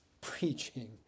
preaching